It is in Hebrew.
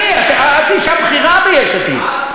את אישה בכירה ביש עתיד.